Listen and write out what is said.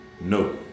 no